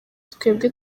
twebwe